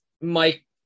Mike